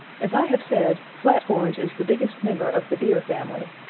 as i have said, flathorns is the biggest member of the deer family.